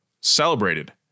celebrated